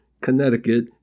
Connecticut